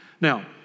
Now